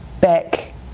back